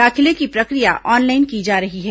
दाखिले की प्रक्रिया ऑनलाइन की जा रही है